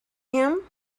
him